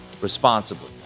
responsibly